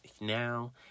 now